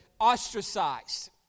ostracized